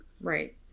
Right